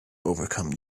overcome